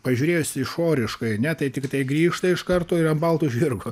pažiūrėjus išoriškai ne tai tiktai grįžta iš karto ir ant balto žirgo